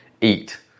eat